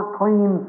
clean